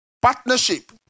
Partnership